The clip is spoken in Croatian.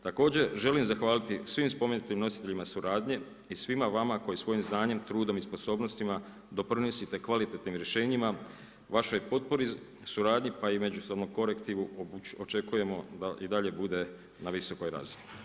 Također želim zahvaliti svim spomenutim nositeljima suradnje i svima vama koji svojim znanjem, trudom i sposobnostima doprinosite kvalitetnim rješenjima, vašoj potpori, suradnji pa i međusobnom korektivu, očekujemo da i dalje bude na visokoj razini.